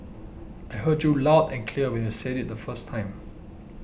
I heard you loud and clear when you said it the first time